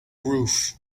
roof